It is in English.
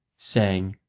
saying,